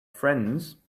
friends